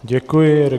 Děkuji.